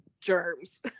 germs